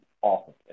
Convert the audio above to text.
awesome